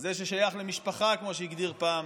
זה ששייך למשפחה, כמו שהגדיר פעם